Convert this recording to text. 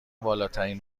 بالاترین